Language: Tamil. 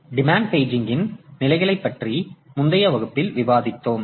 டிமான்ட் பேஜிங்கின் நிலைகளைப் பற்றி முந்தைய வகுப்பில் விவாதித்தோம்